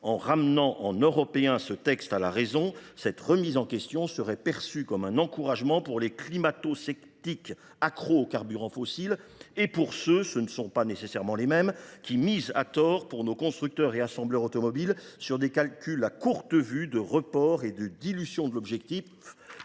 en ramenant, en Européens, ce texte à la raison, sa remise en question serait perçue comme un encouragement pour les climatosceptiques accros aux carburants fossiles et pour ceux, pas nécessairement les mêmes, qui misent à tort, pour nos constructeurs et assembleurs automobiles, sur des calculs à courte vue de report et de dilution de l’objectif,